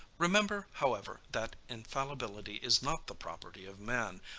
remember, however, that infallibility is not the property of man,